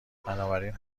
بنابراین